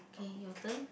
okay your turn